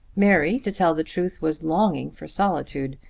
mary, to tell the truth, was longing for solitude,